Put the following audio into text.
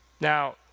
Now